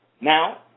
Now